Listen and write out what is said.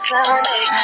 Sunday